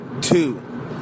two